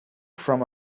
from